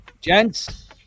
gents